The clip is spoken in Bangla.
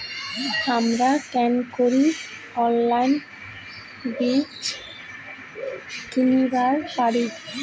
হামরা কেঙকরি অনলাইনে বীজ কিনিবার পারি?